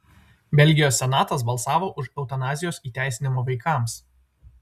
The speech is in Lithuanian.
belgijos senatas balsavo už eutanazijos įteisinimą vaikams